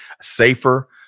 safer